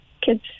kids